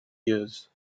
years